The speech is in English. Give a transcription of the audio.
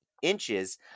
inches